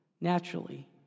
naturally